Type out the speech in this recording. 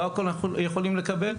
לא הכל אנחנו יכולים לקבל,